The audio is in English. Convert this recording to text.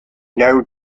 now